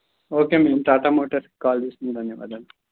okay ma'am Tata మోటార్స్కి call చేసినందుకు ధన్యవాదాలు